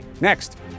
Next